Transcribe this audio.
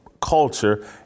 culture